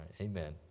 Amen